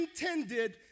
intended